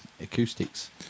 acoustics